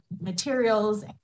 materials